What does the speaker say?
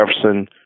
Jefferson